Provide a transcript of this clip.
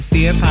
Fear